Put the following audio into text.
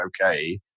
okay